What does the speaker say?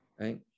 Right